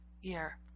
year